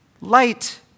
Light